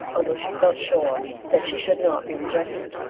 although she felt sure that she should not be rejected.